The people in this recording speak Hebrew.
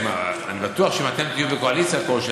אולי יש עוד זמן לומר.